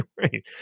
Right